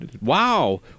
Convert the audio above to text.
wow